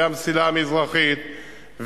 והמסילה המזרחית,